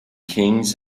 kings